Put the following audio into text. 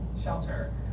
shelter